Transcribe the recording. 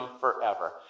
forever